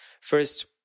First